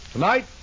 Tonight